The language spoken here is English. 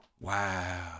Wow